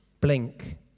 Blink